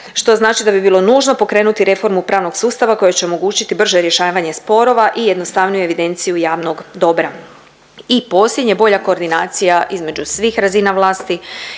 što znači da bi bilo nužno pokrenuti reformu pravnog sustava koja će omogućiti brže rješavanje sporova i jednostavniju evidenciju javnog dobra. I posljednje, bolja koordinacija između svih razina vlasti